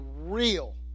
real